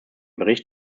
bericht